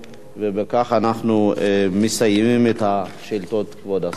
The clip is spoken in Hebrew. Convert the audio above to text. בכך אנחנו מסיימים את השאילתות, כבוד השר,